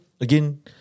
again